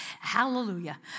hallelujah